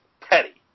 petty